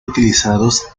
utilizados